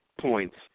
points